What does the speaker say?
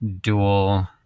dual